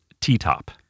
T-top